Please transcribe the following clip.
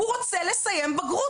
הוא רוצה לסיים בגרות,